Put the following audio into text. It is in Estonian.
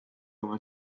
oma